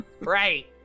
right